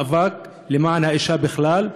מאבק למען האישה בכלל,